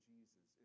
Jesus